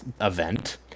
event